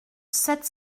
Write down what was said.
sept